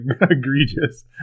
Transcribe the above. egregious